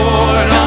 Lord